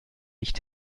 nicht